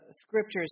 scriptures